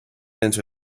into